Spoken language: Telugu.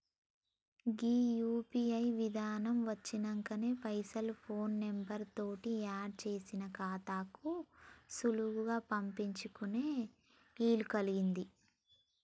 గీ యూ.పీ.ఐ విధానం వచ్చినంక పైసలకి ఫోన్ నెంబర్ తోటి ఆడ్ చేసిన ఖాతాలకు సులువుగా పంపించుకునే ఇలుకల్పింది